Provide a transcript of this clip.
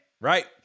right